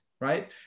right